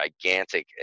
gigantic